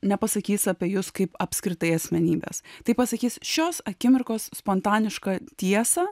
nepasakys apie jus kaip apskritai asmenybes taip pasakys šios akimirkos spontanišką tiesą